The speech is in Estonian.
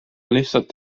lihtsalt